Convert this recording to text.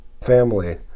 family